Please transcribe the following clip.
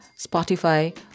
Spotify